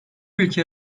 ülke